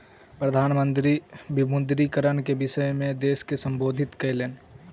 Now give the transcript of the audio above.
प्रधान मंत्री विमुद्रीकरण के विषय में देश के सम्बोधित कयलैन